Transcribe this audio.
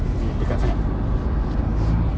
dekat sangat ah